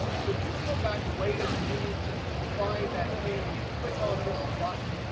so if you come back later and you need to find that page and you click on this button.